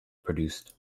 produced